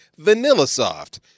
VanillaSoft